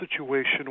situation